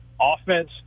offense